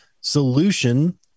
solution